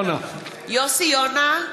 (קוראת בשם חבר הכנסת) יוסי יונה,